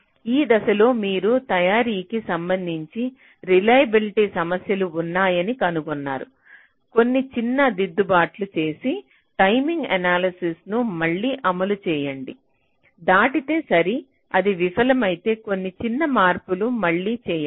ఈ దశలో మీరు తయారీకి సంబంధించి రిలయబిల్టి సమస్యలు ఉన్నాయని కనుగొన్నారు కొన్ని చిన్న దిద్దుబాట్లు చేసి టైమింగ్ ఎనాలసిస్ ను మళ్ళీ అమలు చేయండి దాటితే సరి అది విఫలమైతే కొన్ని చిన్న మార్పులు మళ్ళీ చేయండి